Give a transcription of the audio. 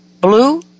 blue